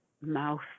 mouth